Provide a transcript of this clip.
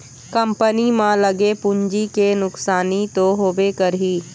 company म लगे पूंजी के नुकसानी तो होबे करही